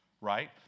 right